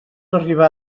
arribar